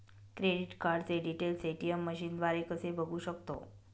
Credit कार्डचे details ATM मशीनद्वारे कसे बघू शकतो?